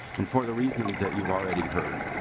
and for the reasons that you've already heard.